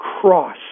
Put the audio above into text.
cross